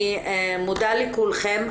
אני מודה לכולכם.